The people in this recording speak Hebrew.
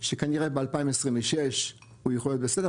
שכנראה ב-2026 הוא יכול להיות בסדר,